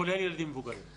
כולל ילדים ומבוגרים.